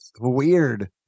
Weird